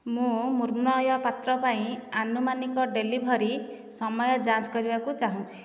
ମୁଁ ମୃଣ୍ମୟ ପାତ୍ର ପାଇଁ ଆନୁମାନିକ ଡେଲିଭରି ସମୟ ଯାଞ୍ଚ କରିବାକୁ ଚାହୁଁଛି